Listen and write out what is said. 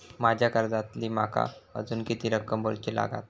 माझ्या कर्जातली माका अजून किती रक्कम भरुची लागात?